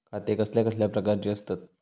खाते कसल्या कसल्या प्रकारची असतत?